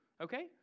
Okay